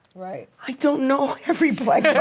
right. i don't know every black